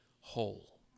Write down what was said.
whole